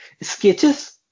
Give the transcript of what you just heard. sketches